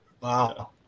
Wow